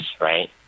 right